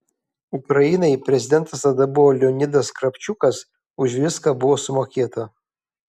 ukrainai prezidentas tada buvo leonidas kravčiukas už viską buvo sumokėta